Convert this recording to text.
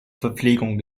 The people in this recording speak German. verpflegung